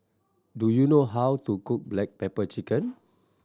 do you know how to cook black pepper chicken